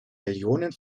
millionen